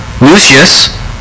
Lucius